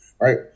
right